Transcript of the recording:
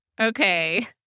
Okay